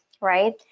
right